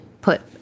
put